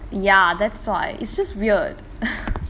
ya that's why it's just weird